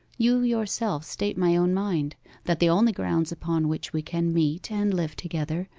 you yourself state my own mind that the only grounds upon which we can meet and live together,